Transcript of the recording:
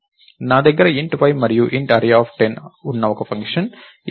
నా దగ్గర int y మరియు int array10 ఉన్న ఒక ఫంక్షన్ f ఉంది